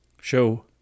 Show